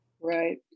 Right